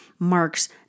marks